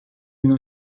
günü